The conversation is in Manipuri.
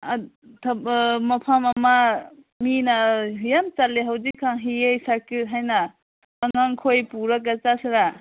ꯃꯐꯝ ꯑꯃ ꯃꯤꯅ ꯌꯥꯝ ꯆꯠꯂꯦ ꯍꯧꯖꯤꯛ ꯀꯥꯟ ꯍꯤꯌꯦ ꯁꯀ꯭ꯔꯤꯠ ꯍꯥꯏꯅ ꯑꯉꯥꯡꯈꯣꯏ ꯄꯨꯔꯒ ꯆꯠꯁꯤꯔꯥ